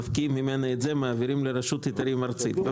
מפקיעים ממנה את זה ומעבירים לרשות היתרים ארצית.